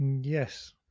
Yes